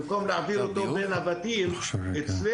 במקום להעביר אותו בלי הבתים אצלנו,